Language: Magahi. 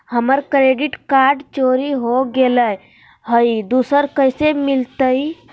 हमर क्रेडिट कार्ड चोरी हो गेलय हई, दुसर कैसे मिलतई?